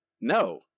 No